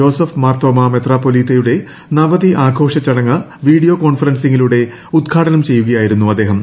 Joseph Marthoma മെത്രാപ്പൊലീത്തയുടെ നവതി ആഘോഷച്ചടങ്ങ് വീഡിയോ കോൺഫറൻസിംഗി്ലൂടെ ഉദ്ഘാടനം ചെയ്യുകയായിരുന്നു അദ്ദേഹം